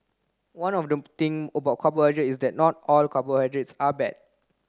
one of thing about carbohydrates is that not all carbohydrates are bad